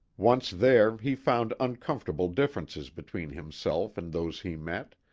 once there, he found uncomfortable differ ences between himself and those he met,